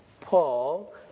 Paul